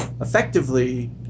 effectively